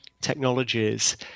technologies